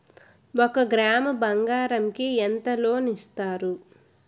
ఒక గ్రాము బంగారం కి ఎంత లోన్ ఇస్తారు?